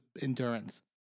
endurance